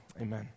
Amen